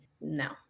no